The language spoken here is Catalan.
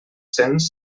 cents